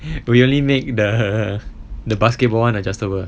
we only make the the basketball [one] adjustable